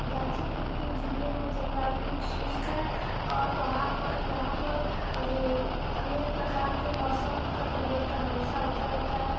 गाजीपुर के ज़िले में जलवायु शुष्क है और वहाँ पर यहाँ पर अरे अनेक प्रकार के मौसम का परिवर्तन हमेशा होता रहता है